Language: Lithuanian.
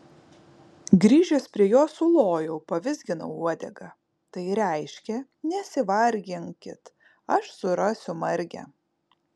grįžęs prie jo sulojau pavizginau uodegą tai reiškė nesivarginkit aš surasiu margę